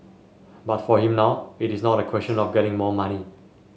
but for him now it is not a question of getting more money